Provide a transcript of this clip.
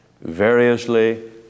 variously